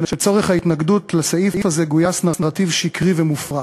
שלצורך ההתנגדות לסעיף הזה גויס נרטיב שקרי ומופרך.